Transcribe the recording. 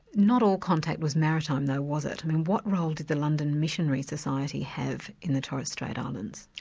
not all contact was maritime, though, was it? what role did the london missionary society have in the torres strait islands?